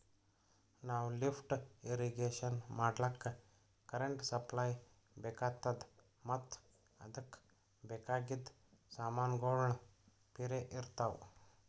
ನಾವ್ lift irrigation ಮಾಡ್ಲಕ್ಕ್ current supply ಬೆಕಾತದ್ ಮತ್ತ್ ಅದಕ್ಕ್ ಬೇಕಾಗಿದ್ ಸಮಾನ್ಗೊಳ್ನು ಪಿರೆ ಇರ್ತವ್